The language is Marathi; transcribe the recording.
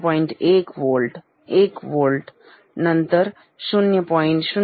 1 वोल्ट1 वोल्ट नंतर 0